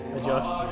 Adjust